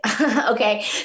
Okay